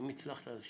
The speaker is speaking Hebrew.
אם הצלחה אז שווה.